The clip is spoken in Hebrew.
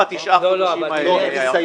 בתשעת החודשים האלה?